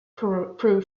proved